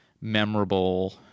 memorable